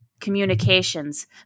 communications